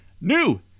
New